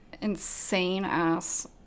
insane-ass